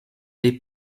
des